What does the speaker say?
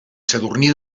sadurní